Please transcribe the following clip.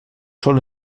sol